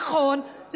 נכון,